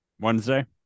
Wednesday